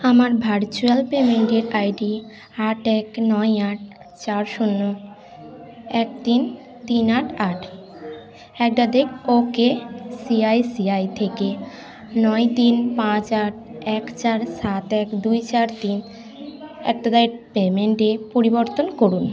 আমার ভার্চুয়াল পেমেন্টের আইডি আট এক নয় আট চার শূন্য এক তিন তিন আট আট at the rate ok ICICI থেকে নয় তিন পাঁচ আট এক চার সাত এক দুই চার তিন অ্যাট দা রেট পেমেন্টে পরিবর্তন করুন